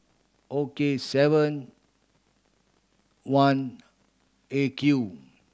O K seven one A Q